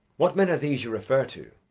what men are these you refer to?